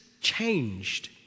changed